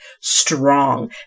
Strong